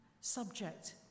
subject